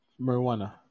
marijuana